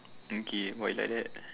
mm K why is like that